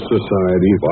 Society